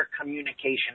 communication